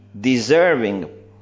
deserving